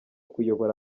kuyobora